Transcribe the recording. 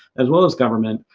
as well as government,